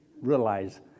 realize